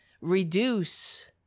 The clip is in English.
reduce